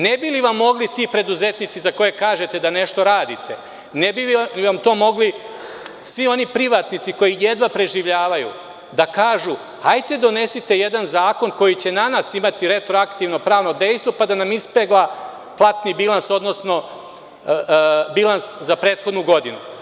Ne bi li vam mogli ti preduzetnici za koje kažete da nešto radite, ne bi li vam mogli svi oni privatnici koji jedva preživljavaju da kažu – hajde donesite jedan zakon koji će danas imati retroaktivno pravno dejstvo, pa da nam ispegla platni bilans, odnosno bilans za prethodnu godinu.